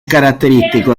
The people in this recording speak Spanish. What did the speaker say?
característico